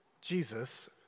Jesus